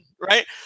right